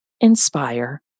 inspire